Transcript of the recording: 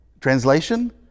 Translation